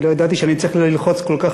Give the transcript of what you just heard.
האמת היא שלא ידעתי שאני צריך ללחוץ כל כך